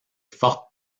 forte